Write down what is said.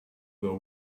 were